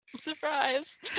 Surprise